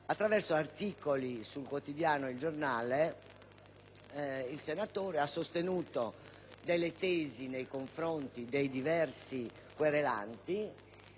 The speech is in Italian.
il senatore ha sostenuto delle tesi nei confronti dei diversi querelanti e,